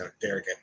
Derek